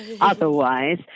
otherwise